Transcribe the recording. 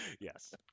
Yes